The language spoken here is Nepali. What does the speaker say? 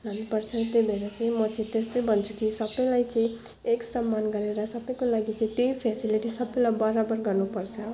अनि त्यही भएर चाहिँ म चाहिँ त्यस्तै भन्छु कि सबैलाई चाहिँ एक सामान गरेर सबैको लागि चाहिँ त्यही फेसिलिटी सबैलाई बराबर गर्नुपर्छ